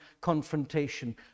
confrontation